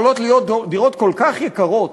יכולות להיות דירות כל כך יקרות,